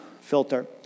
filter